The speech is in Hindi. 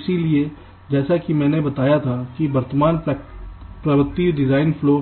इसलिए जैसा कि मैंने बताया था कि वर्तमान प्रवृत्ति डिजाइन फ्लो